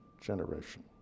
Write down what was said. generation